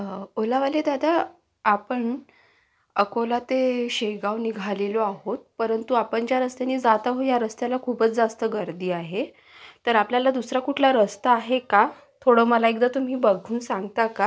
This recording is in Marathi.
ओलावाले दादा आपण अकोला ते शेगांव निघालेलो आहोत परंतु आपण ज्या रस्त्यानी जात आहोत त्या रस्त्याला खूपच जास्त गर्दी आहे तर आपल्याला दुसरा कुठला रस्ता आहे का थोडं मला एकदा तुम्ही बघून सांगता का